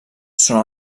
són